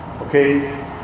Okay